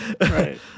right